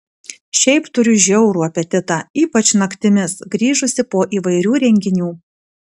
šiaip turiu žiaurų apetitą ypač naktimis grįžusi po įvairių renginių